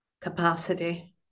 capacity